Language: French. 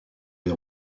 des